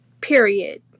Period